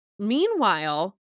Meanwhile